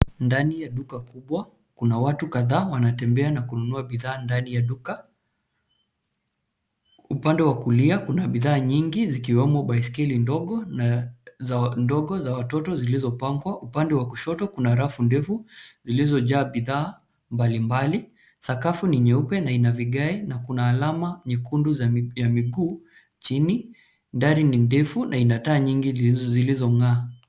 Ndani ya duka kubwa, kuna watu kadhaa wanatembea na kununua bidhaa ndani ya duka. Upande wa kulia kuna bidhaa nyingi zikiwemo baiskeli ndogo za watoto zilizopangwa. Upande wa kushoto kuna rafu ndefu zilizojaa bidhaa mbalimbali. Sakafu ni nyeupe na ina vigae na kuna alama nyekundu ya miguu chini. Dari ni ndefu na ina taa nyingi zilizongaa.